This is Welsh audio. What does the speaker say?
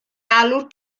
alw